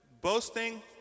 Boasting